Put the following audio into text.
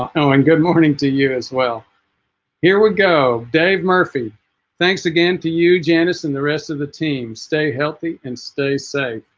um oh and good morning to you as well here we go dave murphy thanks again to you janice and the rest of the team stay healthy and stay safe